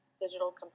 digital